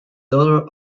daughter